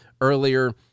earlier